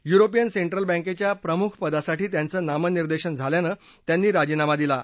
European central बँकेच्या प्रमुख पदासाठी त्यांचं नामनिर्देशन झाल्यानं त्यांनी राजीनामा दिला आहे